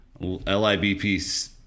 LIBP